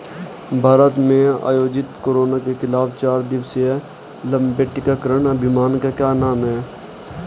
भारत में आयोजित कोरोना के खिलाफ चार दिवसीय लंबे टीकाकरण अभियान का क्या नाम है?